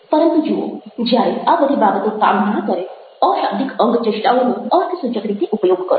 પરંતુ જુઓ જ્યારે આ બધી બાબતો કામ ના કરે અશાબ્દિક અંગચેષ્ટાઓનો અર્થસૂચક રીતે ઉપયોગ કરો